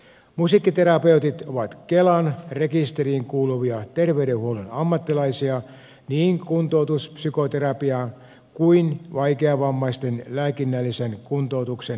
musiikkiterapeutit ovat kelan rekisteriin kuuluvia terveydenhuollon ammattilaisia niin kuntoutuspsykoterapian kuin vaikeavammaisten lääkinnällisen kuntoutuksen palvelutuottajina